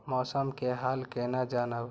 मौसम के हाल केना जानब?